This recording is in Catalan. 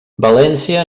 valència